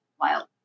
wild